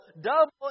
Double